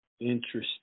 Interesting